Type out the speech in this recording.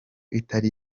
itari